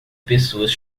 pessoas